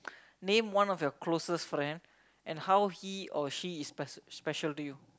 name one of your closest friend and how he or she is speci~ special to you